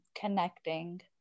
connecting